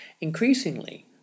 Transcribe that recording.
Increasingly